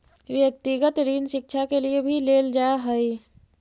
व्यक्तिगत ऋण शिक्षा के लिए भी लेल जा हई